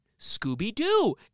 Scooby-Doo